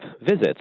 visits